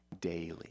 daily